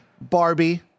Barbie